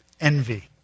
envy